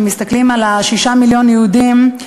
שכשמסתכלים על שישה מיליון יהודים,